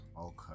Okay